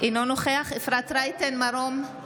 אינו נוכח אפרת רייטן מרום,